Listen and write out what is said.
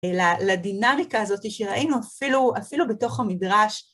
לדינאמיקה הזאתי שראינו אפילו בתוך המדרש.